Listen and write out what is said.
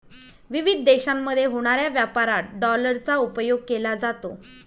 विविध देशांमध्ये होणाऱ्या व्यापारात डॉलरचा उपयोग केला जातो